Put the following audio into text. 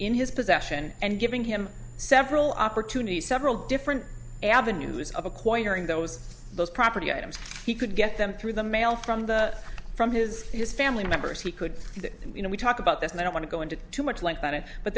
in his possession and giving him several opportunities several different avenues of acquiring those both property items he could get them through the mail from the from his his family members he could you know we talk about this and i don't want to go into too much l